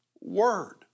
Word